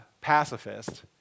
pacifist